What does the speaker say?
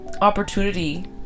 opportunity